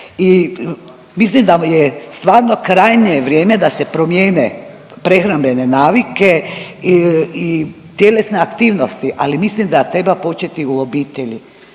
Mislim da je stvarno krajnje vrijeme da se promijene prehrambene navike i tjelesne aktivnosti, ali mislim da treba početi u obitelji